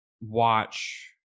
watch